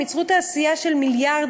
הם ייצרו תעשייה של מיליארדים,